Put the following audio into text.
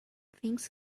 things